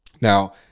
Now